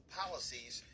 policies